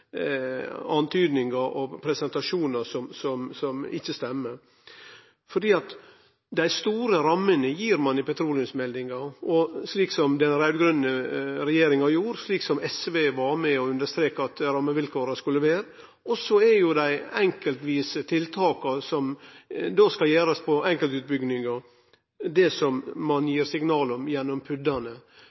er mildt sagt ein presentasjon som ikkje stemmer. Dei store rammene gir ein i petroleumsmeldinga, slik den raud-grøne regjeringa gjorde, slik SV var med og understreka at rammevilkåra skulle vere, og så gir ein signal om dei enkeltvise tiltaka som skal gjerast på enkeltutbyggingar, gjennom PUD-ane. Då å seie at ein nærast ikkje har moglegheit til påverknad, verkar rett og slett kunnskapslaust. Eg trudde ikkje det